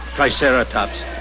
Triceratops